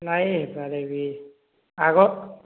ନାହିଁ ପାରିବି ଆଗ